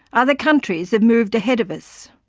other countries have moved ahead of us.